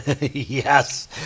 Yes